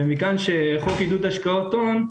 ומכאן שחוק עידוד השקעות הון,